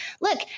Look